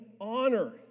honor